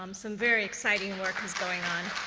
um some very exciting work is going on.